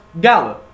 Gala